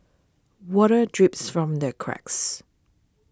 water drips from the cracks